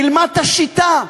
תלמד את השיטה,